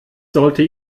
sollte